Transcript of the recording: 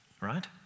Right